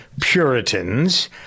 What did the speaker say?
Puritans